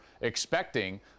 expecting